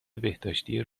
بهداشتی